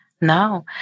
no